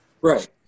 Right